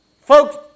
Folks